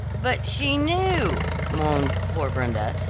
but she knew, moaned poor brenda,